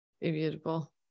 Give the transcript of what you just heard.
Beautiful